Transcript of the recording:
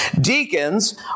Deacons